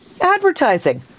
advertising